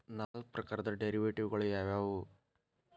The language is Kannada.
ನಾಲ್ಕ್ ಪ್ರಕಾರದ್ ಡೆರಿವೆಟಿವ್ ಗಳು ಯಾವ್ ಯಾವವ್ಯಾವು?